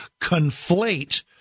conflate